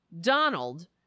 Donald